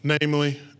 Namely